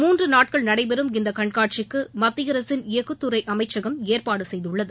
மூன்று நாட்கள் நடைபெறும் இந்த கண்காட்சிக்கு மத்திய அரசின் எஃஃகு துறை அமைச்சகம் ஏற்பாடு செய்துள்ளது